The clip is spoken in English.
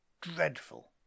dreadful